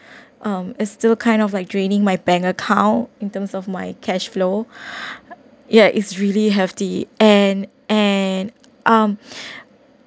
um it still kind of like draining my bank account in terms of my cash flow ya it's really hefty and and um